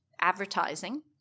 advertising